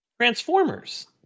Transformers